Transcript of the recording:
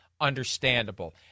understandable